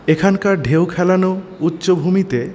এখানকার ঢেউ খেলানো উচ্চভূমিতে